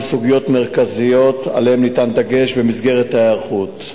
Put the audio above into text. סוגיות מרכזיות שעליהן ניתן דגש במסגרת ההיערכות,